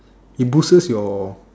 it boosts your